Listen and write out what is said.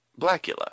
Blackula